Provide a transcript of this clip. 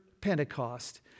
Pentecost